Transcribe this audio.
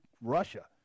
Russia